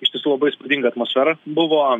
iš tiesų labai įspūdinga atmosfera buvo